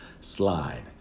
slide